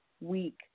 week